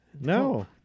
No